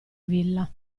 villa